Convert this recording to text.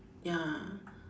ya